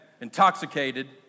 intoxicated